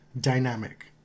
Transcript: dynamic